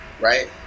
Right